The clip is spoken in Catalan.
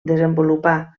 desenvolupar